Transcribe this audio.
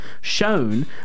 shown